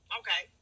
okay